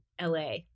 LA